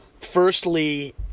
Firstly